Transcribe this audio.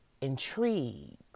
intrigued